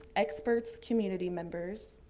experts, community members.